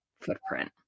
footprint